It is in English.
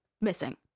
missing